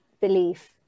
belief